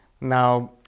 Now